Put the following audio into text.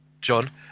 John